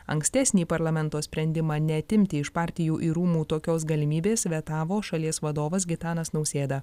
ankstesnį parlamento sprendimą neatimti iš partijų ir rūmų tokios galimybės vetavo šalies vadovas gitanas nausėda